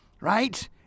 Right